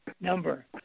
number